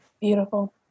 Beautiful